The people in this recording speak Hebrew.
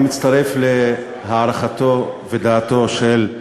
אני מצטרף להערכתו ודעתו של,